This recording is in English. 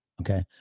okay